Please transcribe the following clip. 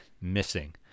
missing